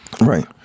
right